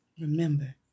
Remember